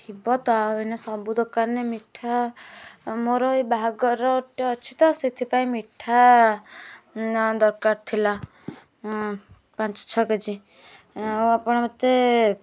ଥିବ ତ ଆଉ ଏଇନା ସବୁ ଦୋକନରେ ମିଠା ମୋରଏଇ ବାହାଘର ଗୋଟେ ଅଛି ତ ସେଥିପାଇଁ ମିଠା ନା ଦରକାର ଥିଲା ହଁ ପାଞ୍ଚ ଛଅ କେଜି ଆଉ ଆପଣ ମୋତେ